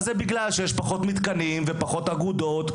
זה בגלל שיש פחות מתקנים ופחות אגודות,